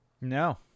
No